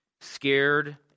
scared